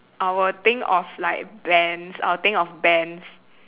I will think of like bands I'll think of bands